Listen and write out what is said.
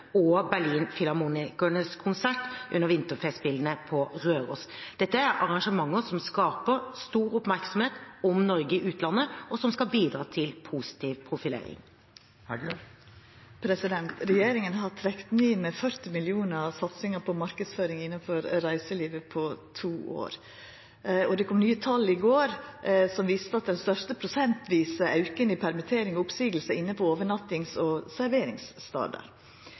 og Berlinfilharmoniens konsert under vinterfestspillene på Røros. Dette er arrangementer som skaper stor oppmerksomhet om Norge i utlandet, og som skal bidra til positiv profilering. Regjeringa har trekt ned satsinga på marknadsføring innanfor reiselivet med 40 mill. kr på to år. Det kom nye tal i går som viste at den største prosentvise auken i permittering og oppseiing er på overnattings- og